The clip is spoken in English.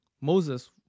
Moses